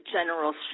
General